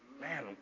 man